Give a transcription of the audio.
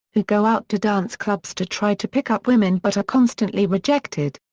who go out to dance clubs to try to pick up women but are constantly rejected.